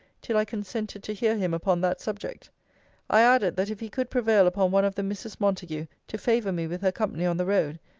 till i consented to hear him upon that subject i added, that if he could prevail upon one of the misses montague to favour me with her company on the road,